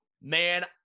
man